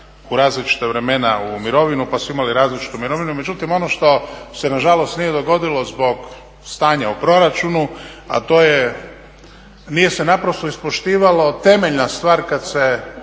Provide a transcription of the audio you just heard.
u različita vremena u mirovinu pa su imali različitu mirovinu, međutim ono što se nažalost nije dogodilo zbog stanja u proračunu, a to je, nije se naprosto ispoštivalo temeljna stvar kad se